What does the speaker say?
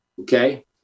okay